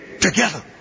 together